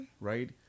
right